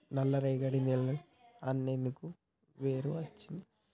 నల్లరేగడి నేలలు అని ఎందుకు పేరు అచ్చింది?